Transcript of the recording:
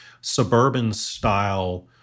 suburban-style